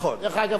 דרך אגב,